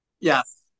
Yes